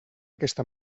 aquesta